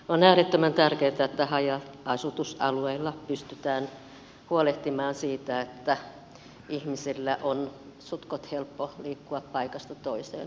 on äärettömän tärkeätä että haja asutusalueilla pystytään huolehtimaan siitä että ihmisten on suhtkoht helppo liikkua paikasta toiseen